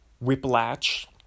Whiplash